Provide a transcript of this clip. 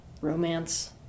romance